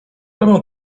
robią